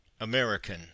American